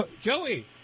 Joey